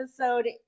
episode